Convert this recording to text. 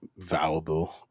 valuable